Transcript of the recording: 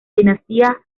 dinastía